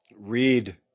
read